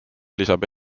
lisab